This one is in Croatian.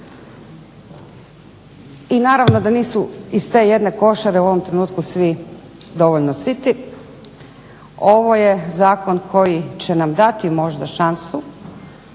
I naravno da nisu iz te jedne košare svi dovoljno siti. Ovo je zakon koji će nam možda dati